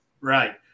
Right